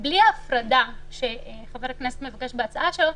בלי ההפרדה שחבר הכנסת מבקש בהצעה שלו,